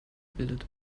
bildet